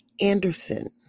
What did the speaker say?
Anderson